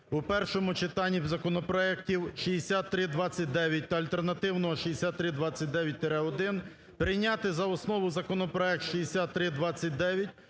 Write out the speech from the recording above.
у першому читанні законопроекти 6329 та альтернативного 6329-1, прийняти за основу законопроект 6329,